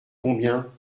combien